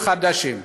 לעולים חדשים,